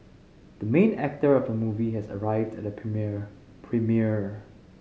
the main actor of the movie has arrived at the premiere premiere